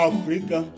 Africa